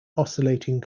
oscillating